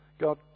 God